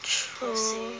true